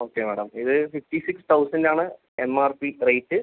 okay madam ഇത് fifty six thousand ആണ് M R P rate